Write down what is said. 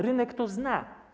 Rynek to zna.